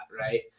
right